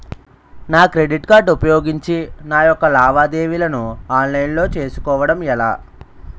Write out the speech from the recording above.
నా credit card ఉపయోగించి నా యెక్క లావాదేవీలను ఆన్లైన్ లో చేసుకోవడం ఎలా?